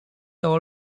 all